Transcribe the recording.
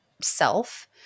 self